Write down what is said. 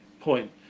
point